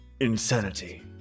insanity